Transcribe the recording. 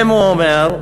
הם, הוא אומר,